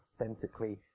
authentically